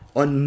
on